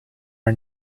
our